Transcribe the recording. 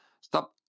Stop